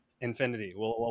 infinity